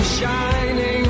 shining